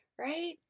Right